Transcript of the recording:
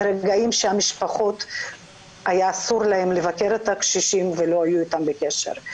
ברגעים שלמשפחות היה אסור לבקר את הקשישים והם לא היו איתם בקשר.